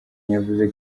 yavuze